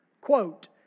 Quote